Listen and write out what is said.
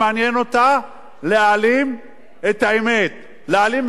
להעלים את האמת, להעלים מהציבור את המסקנות,